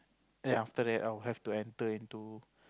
then after that I would have to enter into